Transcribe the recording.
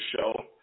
show